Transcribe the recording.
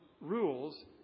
rules